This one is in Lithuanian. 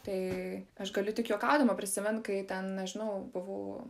tai aš galiu tik juokaudama prisimint kai ten nežinau buvau